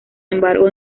embargo